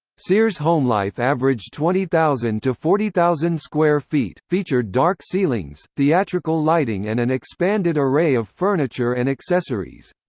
sears homelife averaged twenty thousand to forty thousand square feet, featured dark ceilings, theatrical lighting and an expanded array of furniture and accessories.